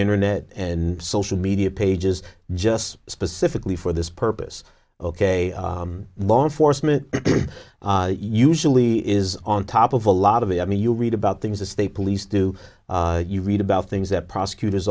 internet and social media pages just specifically for this purpose ok law enforcement usually is on top of a lot of it i mean you read about things the state police do you read about things that prosecutor